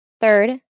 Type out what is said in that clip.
Third